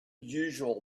usual